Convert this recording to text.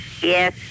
Yes